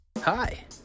Hi